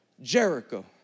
Jericho